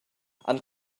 han